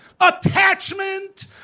Attachment